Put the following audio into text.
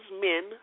men